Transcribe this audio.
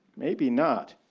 maybe not.